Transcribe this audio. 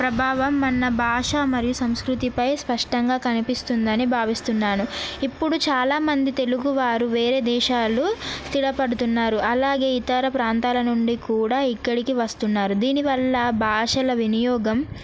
ప్రభావం మన భాష మరియు సంస్కృతిపై స్పష్టంగా కనిపిస్తుందని భావిస్తున్నాను ఇప్పుడు చాలామంది తెలుగు వారు వేరే దేశాలలో స్థిరపడుతున్నారు అలాగే ఇతర ప్రాంతాల నుండి కూడా ఇక్కడికి వస్తున్నారు దీనివల్ల భాషల వినియోగం